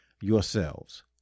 yourselves